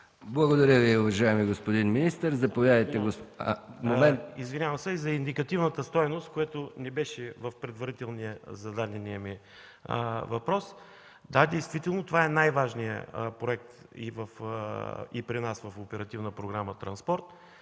Благодаря Ви, уважаеми господин министър. МИНИСТЪР ДАНАИЛ ПАПАЗОВ: Извинявам се, за индикативната стойност, която не беше в предварително зададения ми въпрос – да, действително това е най-важният проект и при нас по Оперативна програма „Транспорт”.